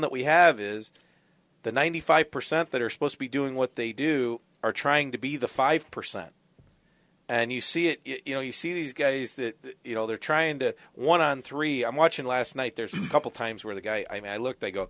that we have is the ninety five percent that are supposed to be doing what they do or trying to be the five percent and you see it you know you see these guys that you know they're trying to one on three i'm watching last night there's a couple times where the guy look they go